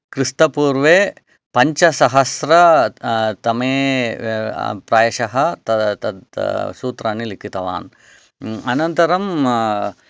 क्रिस्तपूर्वे पञ्चसहस्रतमे प्रायशः त तद् सूत्राणि लिखितवान् अनन्तरम्